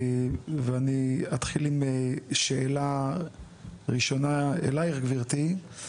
אני אתחיל עם שאלה ראשונה אלייך, גברתי.